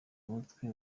umutwe